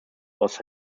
was